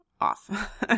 off